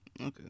Okay